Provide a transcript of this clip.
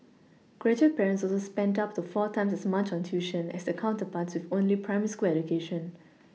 graduate parents also spent up to four times as much on tuition as the counterparts with only primary school education